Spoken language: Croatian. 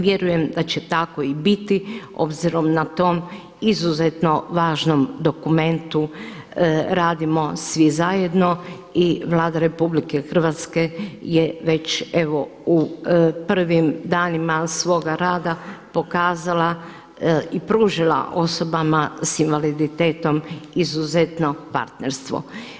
Vjerujem da će tako i biti obzirom na to izuzetno važnom dokumentu radimo svi zajedno i Vlada RH je već evo u prvim danima svoga rada pokazala i pružila osobama sa invaliditetom izuzetno partnerstvo.